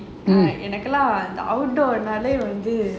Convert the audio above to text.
எனக்கெல்லாம் இந்த:enakellaam intha outdoor வந்து:vanthu